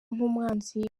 nk’umwanzi